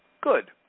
Good